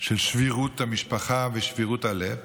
שבירות המשפחה ושבירות הלב,